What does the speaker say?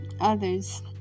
others